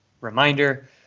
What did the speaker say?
reminder